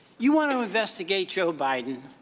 you want to investigate joe biden,